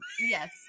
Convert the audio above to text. yes